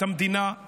את המדינה,